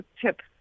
tip